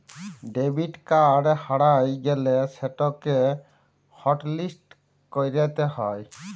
debit card হারাঁয় গ্যালে সেটকে হটলিস্ট ক্যইরতে হ্যয়